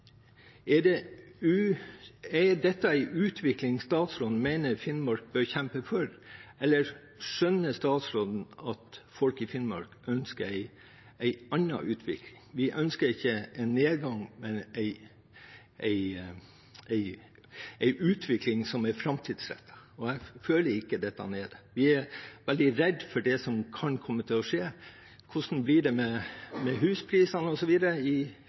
i fylket. Men er dette en utvikling statsråden mener Finnmark bør kjempe for, eller skjønner statsråden at folk i Finnmark ønsker en annen utvikling? Vi ønsker en utvikling som er framtidsrettet, og jeg føler ikke at dette er det. Vi er veldig redd for det som kan komme til å skje. Hvordan blir det f.eks. med husprisene i